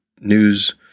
news